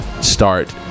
start